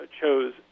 chose